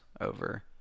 over